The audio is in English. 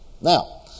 Now